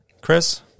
Chris